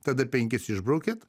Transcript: tada penkis išbraukėt